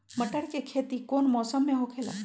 मटर के खेती कौन मौसम में होखेला?